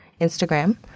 Instagram